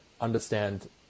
understand